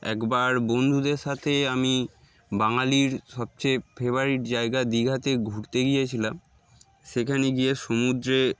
একবার বন্ধুদের সাথে আমি বাঙালির সবচেয়ে ফেভারিট জায়গা দীঘাতে ঘুরতে গিয়েছিলাম সেখানে গিয়ে সমুদ্রে